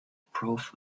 proof